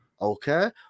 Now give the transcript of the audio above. okay